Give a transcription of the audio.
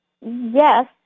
Yes